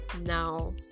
now